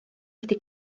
wedi